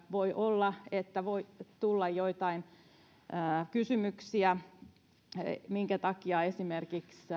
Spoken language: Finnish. voi olla että voi tulla joitain sellaisia kysymyksiä minkä takia esimerkiksi